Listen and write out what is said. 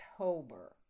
October